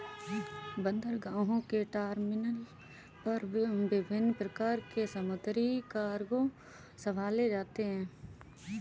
बंदरगाहों के टर्मिनल पर विभिन्न प्रकार के समुद्री कार्गो संभाले जाते हैं